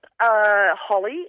Holly